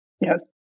Yes